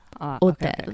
Hotel